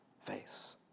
face